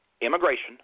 immigration